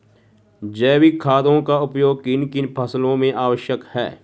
जैविक खादों का उपयोग किन किन फसलों में आवश्यक है?